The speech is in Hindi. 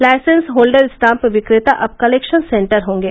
लाइसेंस होल्डर स्टाम्प विकेता अब कलेक्शन सेंटर होंगे